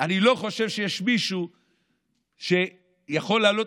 אני לא חושב שיש מישהו שיכול להעלות